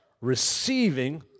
receiving